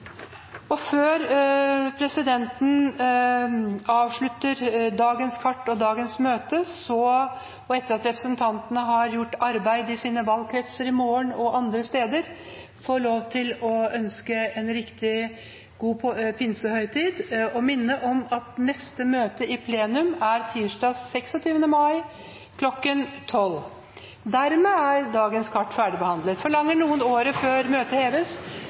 ferdigbehandlet. Før presidenten avslutter dagens møte, vil hun ønske representantene – etter at de i morgen har gjort arbeid i sine valgkretser og andre steder – en riktig god pinsehøytid og minne om at neste møte i plenum er tirsdag den 26. mai kl. 12. Forlanger noen ordet før møtet heves?